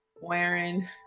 wearing